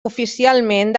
oficialment